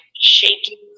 shaking